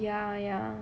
oh ya ya